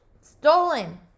Stolen